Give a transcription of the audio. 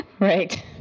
Right